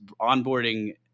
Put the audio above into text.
onboarding